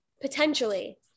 Potentially